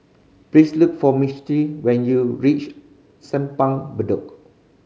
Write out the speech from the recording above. please look for Misti when you reach Simpang Bedok